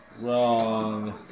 Wrong